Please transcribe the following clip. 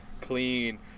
clean